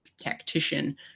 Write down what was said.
tactician